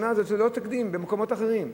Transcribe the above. זה ללא תקדים בהשוואה למקומות אחרים.